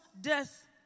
death